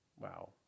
wow